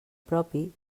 propi